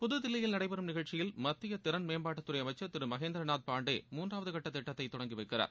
புதுதில்லியில் நடைபெறும் நிகழ்ச்சியில் மத்திய திறள் மேம்பாட்டுத்துறை அமைச்சர் திரு மகேந்திரநாத் பாண்டே மூன்றாவது கட்ட திட்டத்தை தொடங்கி வைக்கிறார்